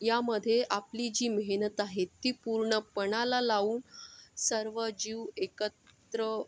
यामध्ये आपली जी मेहनत आहे ती पूर्ण पणाला लावू सर्व जीव एकत्र